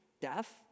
death